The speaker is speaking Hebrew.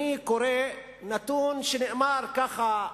אני קורא נתון שנאמר ככה,